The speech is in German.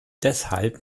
deshalb